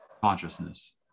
consciousness